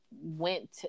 went –